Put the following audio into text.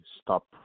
stop